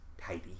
tidy